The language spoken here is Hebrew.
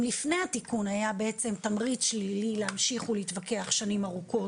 אם לפני התיקון היה בעצם תמריץ שלילי להמשיך ולהתווכח שנים ארוכות,